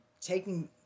taking